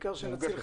שמי אליקו,